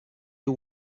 you